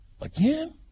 Again